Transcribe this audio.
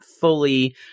fully –